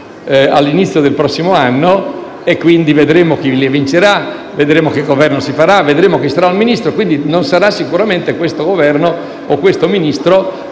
all'inizio del prossimo anno e, quindi, vedremo chi le vincerà, che Governo si formerà e chi sarà Ministro. Quindi, non sarà sicuramente questo Governo o questo Ministro